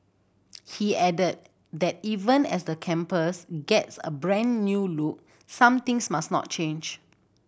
he added that even as the campus gets a brand new look some things must not change